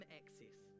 access